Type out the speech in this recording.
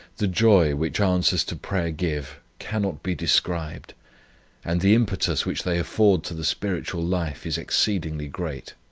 the joy which answers to prayer give, cannot be described and the impetus which they afford to the spiritual life is exceedingly great.